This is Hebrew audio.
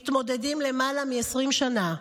מתמודדים למעלה מ-20 שנה,